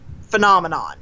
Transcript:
phenomenon